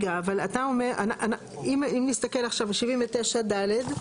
אם נסתכל עכשיו ב-79(ד)